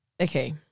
Okay